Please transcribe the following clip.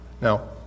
now